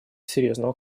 серьезного